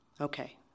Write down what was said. Okay